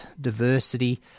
diversity